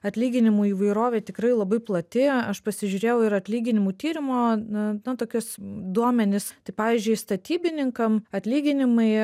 atlyginimų įvairovė tikrai labai plati aš pasižiūrėjau ir atlyginimų tyrimo na na tokios duomenis tai pavyzdžiui statybininkam atlyginimai